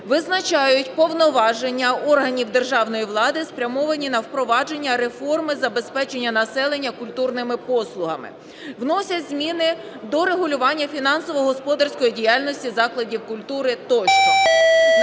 визначають повноваження органів державної влади, спрямовані на впровадження реформи забезпечення населення культурними послугами; вносять зміни до регулювання фінансово-господарської діяльності закладів культури тощо.